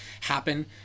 happen